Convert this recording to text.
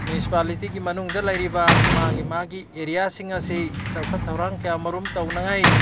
ꯃ꯭ꯌꯨꯅꯤꯁꯤꯄꯥꯂꯤꯇꯤꯒꯤ ꯃꯅꯨꯡꯗ ꯂꯩꯔꯤꯕ ꯃꯥꯒꯤ ꯃꯥꯒꯤ ꯑꯦꯔꯤꯌꯥꯁꯤꯡ ꯑꯁꯤ ꯆꯥꯎꯈꯠ ꯊꯧꯔꯥꯡ ꯀꯌꯥꯃꯔꯣꯝ ꯇꯧꯅꯉꯥꯏ